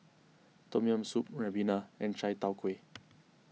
Tom Yam Soup Ribena and Chai Tow Kway